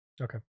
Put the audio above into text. Okay